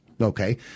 Okay